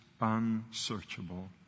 unsearchable